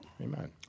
Amen